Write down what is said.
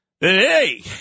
Hey